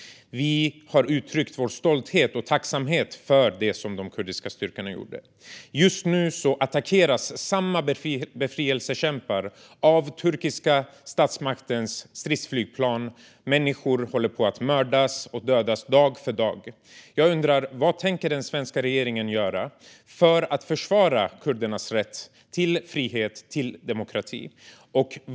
Vi har uttryckt vår stolthet och tacksamhet för det som de kurdiska styrkorna gjorde. Just nu attackeras samma befrielsekämpar av turkiska statsmaktens stridsflygplan. Människor mördas och dödas dag för dag. Vad tänker den svenska regeringen göra för att försvara kurdernas rätt till frihet och demokrati?